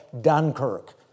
Dunkirk